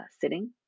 sitting